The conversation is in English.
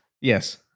Yes